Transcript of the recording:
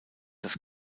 das